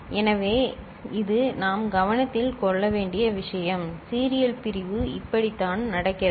எனவே இது நாம் கவனத்தில் கொள்ள வேண்டிய விஷயம் சீரியல் பிரிவு இப்படித்தான் நடக்கிறது